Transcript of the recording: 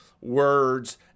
words